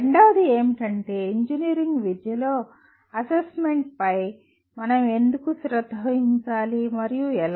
రెండవది ఏమిటంటే ఇంజనీరింగ్ విద్యలో అసెస్మెంట్ పై మనం ఎందుకు శ్రద్ధ వహించాలి మరియు ఎలా